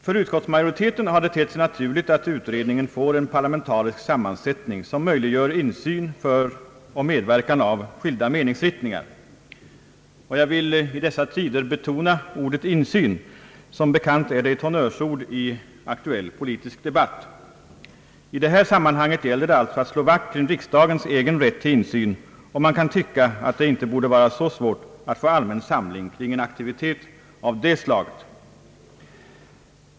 För utskottsmajoriteten har det tett sig naturligt att utredningen får en parlamentarisk sammansättning, som möjliggör insyn för och medverkan av skilda meningsriktningar. Jag vill betona ordet insyn; som bekant är det ett honnörsord i aktuell politisk debatt. I detta sammanhang gäller det alltså att slå vakt om riksdagens egen rätt till insyn, och man kan tycka att det inte borde vara så svårt att få allmän samling kring en aktivitet av det slag.